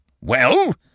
Well